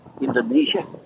Indonesia